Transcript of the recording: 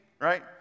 right